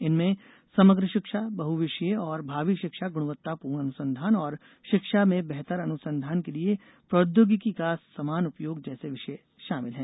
इनमें समग्र शिक्षा बहविषयीय और भावी शिक्षा गुणवत्ता पूर्ण अनुसंधान और शिक्षा में बेहतर अनुसंधान के लिए प्रौद्योगिकी का समान उपयोग जैसे विषय शामिल हैं